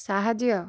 ସାହାଯ୍ୟ